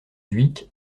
dhuicq